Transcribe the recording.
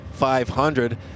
500